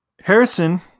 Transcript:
Harrison